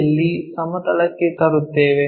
P ಯಲ್ಲಿ ಸಮತಲಕ್ಕೆ ತರುತ್ತೇವೆ